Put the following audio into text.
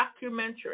Documentary